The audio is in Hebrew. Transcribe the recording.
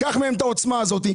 קח מהם את העוצמה הזאת.